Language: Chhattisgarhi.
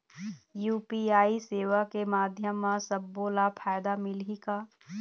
यू.पी.आई सेवा के माध्यम म सब्बो ला फायदा मिलही का?